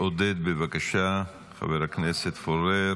עודד, בבקשה, חבר הכנסת פורר.